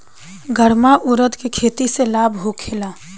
गर्मा उरद के खेती से लाभ होखे ला?